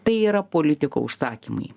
tai yra politiko užsakymai